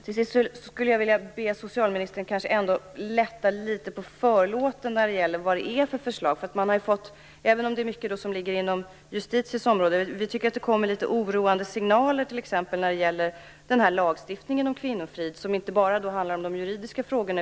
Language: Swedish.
Till sist skulle jag vilja be socialministern att lätta litet på förlåten när det gäller förslagen, även om mycket ligger inom Justitiedepartementets område. Vi tycker att det kommer litet oroande signaler om lagstiftningen om kvinnofrid, som inte bara handlar om de juridiska frågorna.